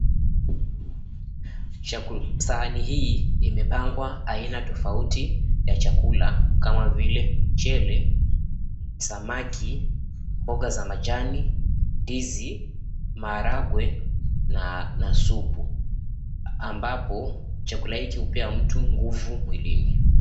Sahani hii imepangwa aina tofauti ya chakula kama vile mchele, samaki, mboga za majani, ndizi, maharagwe na supu. Ambapo chakula hiki hupea mtu nguvu mwilini.